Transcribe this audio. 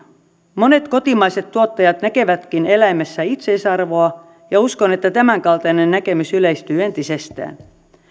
monet kotimaiset tuottajat näkevätkin eläimessä itseisarvoa ja uskon että tämänkaltainen näkemys yleistyy entisestään